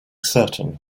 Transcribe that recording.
certain